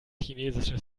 chinesisches